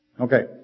Okay